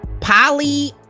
Polly